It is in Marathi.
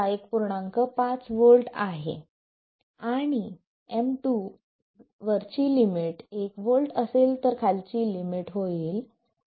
5 V आहे आणि M2 वरची लिमिट 1 V असेल तर खालची लिमिट होईल 0